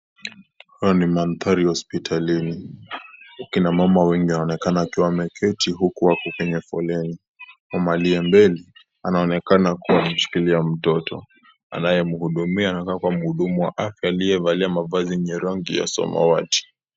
Hayo ni mandhari ya hospitalini. Kina mama wengi wanaonekana wameketi huku wako kwenye foleni. Mama aliye mbele anaonekana kuwa ameshikilia mtoto, anaye mhudumia anaonekana kuwa mhudumu wa afya amevalia mavazi yenye rangi ya samawati.